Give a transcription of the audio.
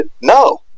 no